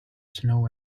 snow